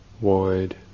wide